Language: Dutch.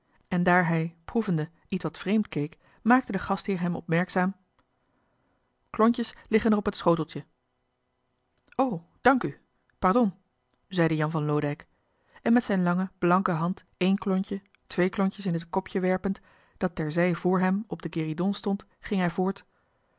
en daar hij proevende ietwat vreemd keek maakte de gastheer hem opmerkzaam klontjes liggen er op het schoteltje o dank u pardon zeide jan van loodijck en met zijn lange blanke hand één klontje twee klontjes in t kopje werpend dat ter zij vr hem op den guéridon stond ging hij voort